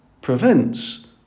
prevents